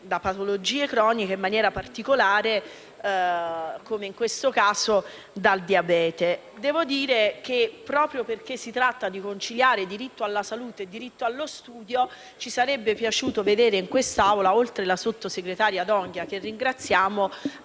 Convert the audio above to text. da patologie croniche (in maniera particolare, in questo caso, da diabete). Proprio perché si tratta di conciliare diritto alla salute e diritto allo studio ci sarebbe piaciuto vedere in quest'Aula, oltre alla sottosegretaria D'Onghia, che ringraziamo,